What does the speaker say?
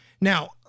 Now